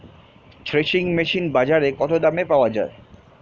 Threshing machine বাজারে কত দামে পাওয়া যায়?